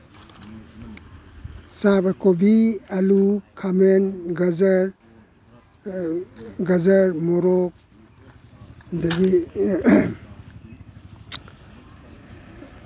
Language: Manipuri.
ꯆꯥꯔ ꯀꯣꯕꯤ ꯑꯂꯨ ꯈꯥꯃꯦꯟ ꯒꯖꯔ ꯒꯖꯔ ꯃꯣꯔꯣꯛ ꯑꯗꯒꯤ